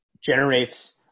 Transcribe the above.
generates